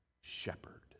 shepherd